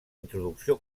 introducció